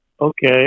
okay